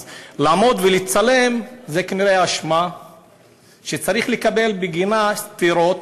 אז לעמוד ולצלם זו כנראה אשמה שצריך לקבל בגינה סטירות,